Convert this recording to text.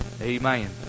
Amen